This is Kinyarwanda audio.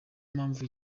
mpamvu